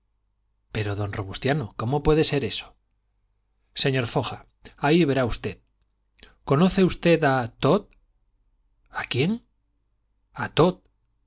pero don robustiano cómo puede ser eso señor foja ahí verá usted conoce usted a todd a quién a todd